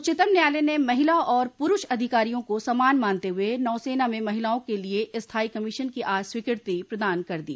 उच्चतम न्यायालय ने महिला और पुरूष अधिकारियों को समान मानते हुए नौसेना में महिलाओं के लिए स्थायी कमीशन की आज स्वीकृति प्रदान कर दी